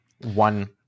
One